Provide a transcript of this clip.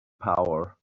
power